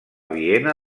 viena